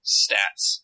stats